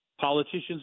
politicians